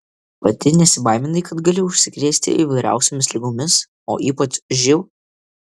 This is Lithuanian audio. pati nesibaiminai kad gali užsikrėsti įvairiausiomis ligomis o ypač živ